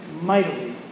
mightily